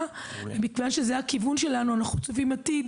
מכיוון שזה הכיוון שלנו אנחנו צופים עתיד